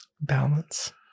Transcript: Balance